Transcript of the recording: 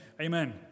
Amen